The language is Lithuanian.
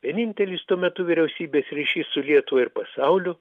vienintelis tuo metu vyriausybės ryšys su lietuva ir pasauliu